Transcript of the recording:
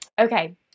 Okay